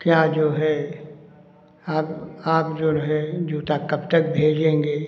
क्या जो है अब आप जाे है जूता कब तक भेजेंगे